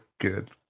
good